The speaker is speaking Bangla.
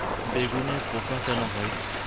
বেগুনে পোকা কেন হয়?